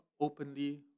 openly